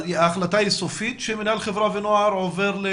ההחלטה היא סופית, שמינהל חברה ונוער עובר?